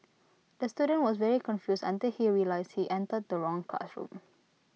the student was very confused until he realised he entered the wrong classroom